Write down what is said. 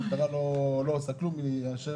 המשטרה לא עושה כלום, חוץ